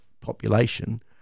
population